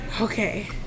Okay